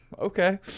Okay